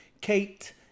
Kate